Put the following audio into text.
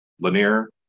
Lanier